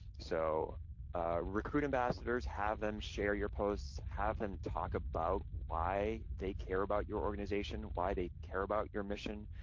so recruit ambassadors, have them share your posts, have them talk about why they care about your organization, why they care about your mission,